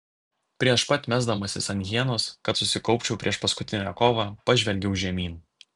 prieš pat mesdamasis ant hienos kad susikaupčiau prieš paskutinę kovą pažvelgiau žemyn